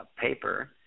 paper